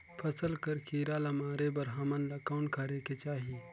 फसल कर कीरा ला मारे बर हमन ला कौन करेके चाही?